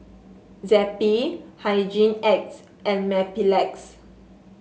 Zappy Hygin X and Mepilex